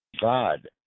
God